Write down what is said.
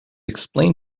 explain